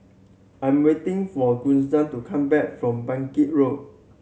I'm waiting for Kisha to come back from Bangkit Road